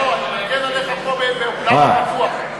לא, לא, אני מגן עליך פה, מי נואם?